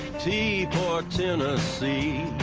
t for tennessee.